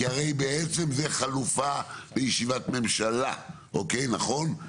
כי הרי בעצם זה חלופה בישיבת ממשלה אוקיי נכון?